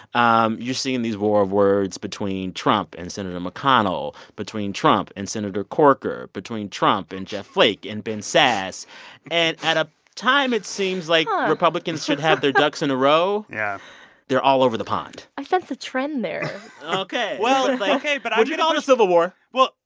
um you're seeing these war of words between trump and senator mcconnell, between trump and senator corker, between trump and jeff flake and ben sasse and at a time it seems like republicans should have their ducks in a row. yeah they're all over the pond i sense a trend there ok well, ok. but i. would you call know it a civil war? well,